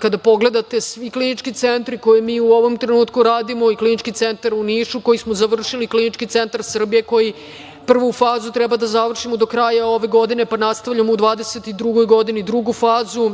Kada pogledate svi klinički centri koje mi u ovom trenutku radimo. Klinički centar u Nišu koji smo završili, Klinički centar Srbije čiju prvu fazu treba da završimo do kraja ove godine, pa nastavljamo u 2022. godini drugu fazu,